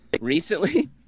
recently